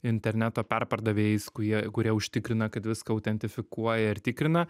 interneto perpardavėjais kurie kurie užtikrina kad viską autentifikuoja ir tikrina